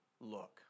look